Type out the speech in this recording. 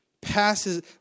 passes